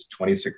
26